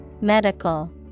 medical